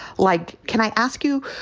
like, can i ask you,